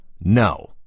No